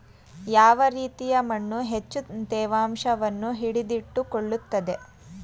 ಯಾವ ರೀತಿಯ ಮಣ್ಣು ಹೆಚ್ಚು ತೇವಾಂಶವನ್ನು ಹಿಡಿದಿಟ್ಟುಕೊಳ್ಳುತ್ತದೆ?